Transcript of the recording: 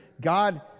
God